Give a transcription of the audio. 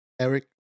Eric